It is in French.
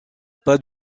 pas